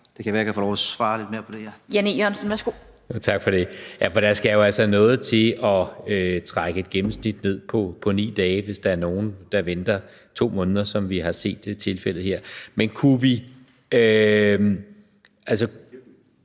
formand (Annette Lind): Jan E. Jørgensen, værsgo. Kl. 16:28 Jan E. Jørgensen (V): Tak for det. Ja, for der skal jo altså noget til at trække et gennemsnit ned på 9 dage, hvis der er nogle, der venter 2 måneder, som vi har set det i tilfældet her. Jeg ved